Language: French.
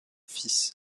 fils